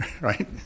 right